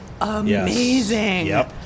amazing